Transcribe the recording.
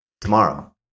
Tomorrow